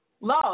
Love